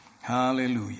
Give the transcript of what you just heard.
Hallelujah